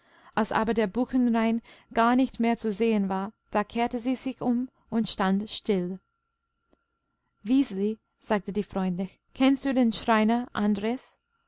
als aber der buchenrain gar nicht mehr zu sehen war da kehrte sie sich um und stand still wiseli sagte sie freundlich kennst du den schreiner